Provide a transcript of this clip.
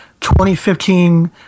2015